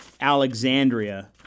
Alexandria